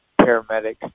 paramedics